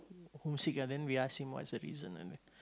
homesick ah then we ask him what's the reason and we